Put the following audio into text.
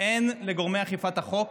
אין לגורמי אכיפת החוק